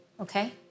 okay